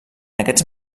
aquests